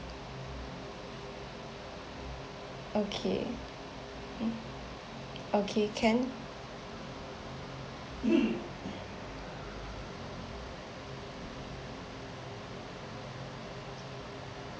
okay mm okay can